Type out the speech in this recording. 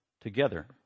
together